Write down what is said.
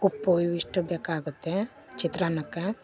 ಉಪ್ಪು ಇವಿಷ್ಟು ಬೇಕಾಗುತ್ತೆ ಚಿತ್ರಾನ್ನಕ್ಕೆ